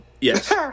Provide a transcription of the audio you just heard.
Yes